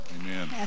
Amen